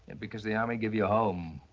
and because the army gave you a home.